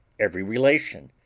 every relation,